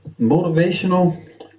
Motivational